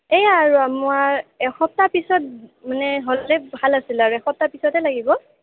এইয়া আৰু মই এসপ্তাহ পিছত মানে হ'লে ভাল আছিলে আৰু এসপ্তাহ পিছতে লাগিব